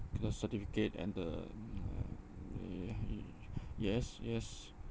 got certificate and the yes yes